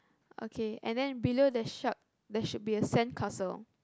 okay and then below the shark there should be a sandcastle